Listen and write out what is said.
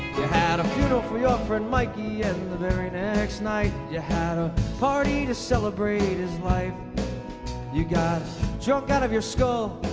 you had a funeral for you ah friend mikey and the very next night you had a party to celebrate his life you got drunk out of your skull,